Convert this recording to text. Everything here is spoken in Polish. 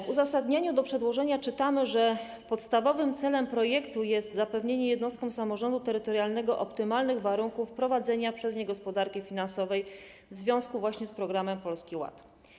W uzasadnieniu przedłożenia czytamy, że podstawowym celem projektu jest zapewnienie jednostkom samorządu terytorialnego optymalnych warunków prowadzenia przez nie gospodarki finansowej w związku z programem Polski Ład.